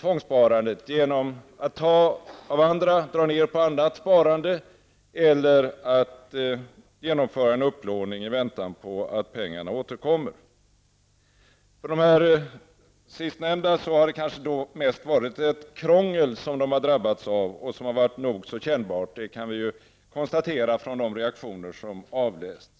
tvångssparandet genom att dra ned på annat sparande eller genomföra en upplåning i väntan på att pengarna återkommer. För de sistnämnda har det mest varit fråga om att de drabbats av ett krångel som har varit nog så kännbart. Det kan vi konstatera från de reaktioner som avlästs.